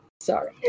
Sorry